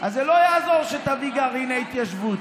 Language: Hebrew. אז זה לא יעזור שתביא גרעיני התיישבות,